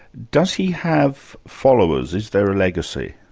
does he have followers? is there a legacy?